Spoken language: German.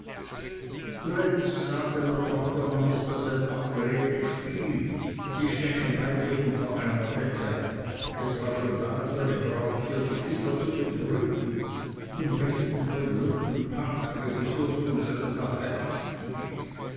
zuletzt sagte der tochtermann ist das ein abgeredet spiel sie stecken beide unter einer decke es war schon lange der gebrauch hier die kinder zu betrügen zum besten von lumpenpack welches uns unsere sache abstiehlt